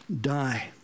die